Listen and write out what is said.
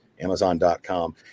amazon.com